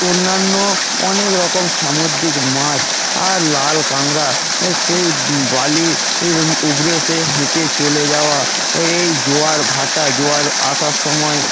অন্যান্য অনেক রকম সামুদ্রিক মাছ আর লাল কাঁকড়া সেই বালির উপরে এসে হেঁটে চলে যাওয়া এই জোয়ার ভাটা জোয়ার আসার সময়